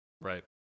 Right